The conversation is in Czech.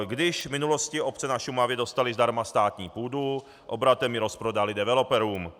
Když v minulosti obce na Šumavě dostaly zdarma státní půdu, obratem ji rozprodaly developerům.